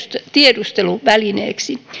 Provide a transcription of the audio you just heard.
tiedusteluvälineiksi